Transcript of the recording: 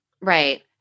Right